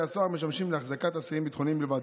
הסוהר המשמשים להחזקת אסירים ביטחוניים לבד,